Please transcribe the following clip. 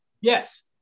Yes